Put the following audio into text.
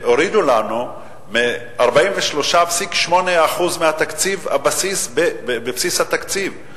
הורידו לנו 43.8% מבסיס התקציב.